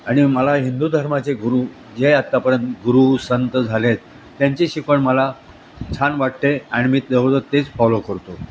आणि मला हिंदू धर्माचे गुरु जे आत्तापर्यंत गुरु संत झाले आहेत त्यांचे शिकवण मला छान वाटते आणि मी तेवढं तेच फॉलो करतो